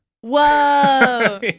Whoa